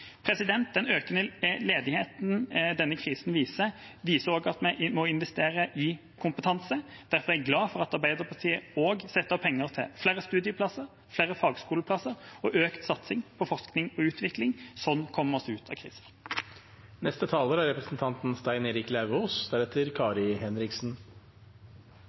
Den økende ledigheten denne krisen viser, viser også at vi må investere i kompetanse. Derfor er jeg glad for at Arbeiderpartiet også setter av penger til flere studieplasser, flere fagskoleplasser og økt satsing på forskning og utvikling. Sånn kommer vi oss ut av krisen. Det er